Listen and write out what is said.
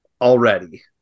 Already